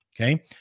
okay